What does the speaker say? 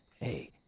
hey